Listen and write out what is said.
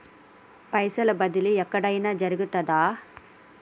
పైసల బదిలీ ఎక్కడయిన జరుగుతదా?